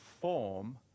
form